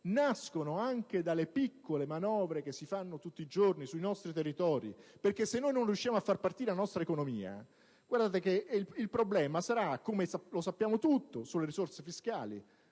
nascono anche dalle piccole manovre che si fanno tutti i giorni sui nostri territori, perché se non riusciamo a far partire la nostra economia, il problema sarà - come sappiamo tutti - sulle risorse fiscali.